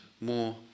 more